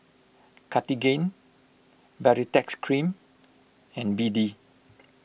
Cartigain Baritex Cream and B D